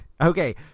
okay